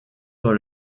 dans